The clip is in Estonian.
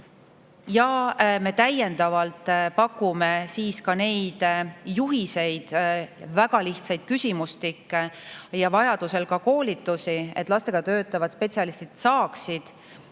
ja me täiendavalt pakume ka [asjaomaseid] juhiseid, väga lihtsaid küsimustikke ja vajadusel ka koolitusi, et lastega töötavad spetsialistid oleks